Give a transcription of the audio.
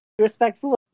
Respectful